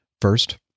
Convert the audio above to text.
First